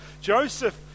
Joseph